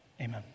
Amen